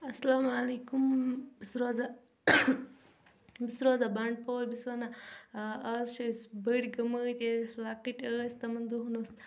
السلامُ علیکُم بہٕ چھس روزان بہ چھس روزان بنڈپور بہ چھس ونان آز چھِ أسۍ بٔڑۍ گٔمٕتۍ ییٚلہِ أسۍ لکٕٹۍ ٲسۍ تِمن دۄہن اوس